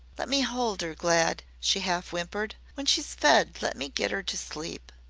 let me hold her, glad, she half whimpered. when she's fed let me get her to sleep.